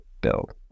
build